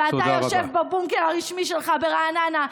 ואתה יושב בבונקר הרשמי שלך ברעננה,